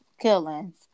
Killings